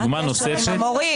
מה הקשר למורים?